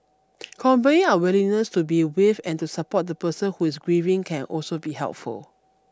conveying our willingness to be with and to support the person who is grieving can also be helpful